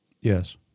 Yes